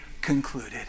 concluded